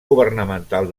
governamental